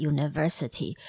University